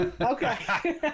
Okay